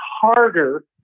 harder